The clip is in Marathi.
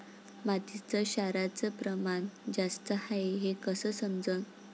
मातीत क्षाराचं प्रमान जास्त हाये हे कस समजन?